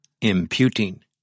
imputing